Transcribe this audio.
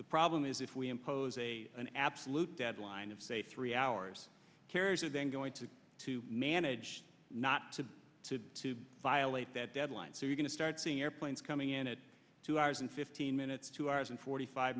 the problem is if we impose a an absolute deadline of say three hours carriers are then going to to manage not to to to violate that deadline so we're going to start seeing airplanes coming in at two hours and fifteen minutes two hours and forty five